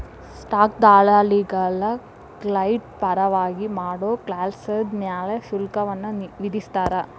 stock ದಲ್ಲಾಳಿಗಳ client ಪರವಾಗಿ ಮಾಡೋ ಕೆಲ್ಸದ್ ಮ್ಯಾಲೆ ಶುಲ್ಕವನ್ನ ವಿಧಿಸ್ತಾರ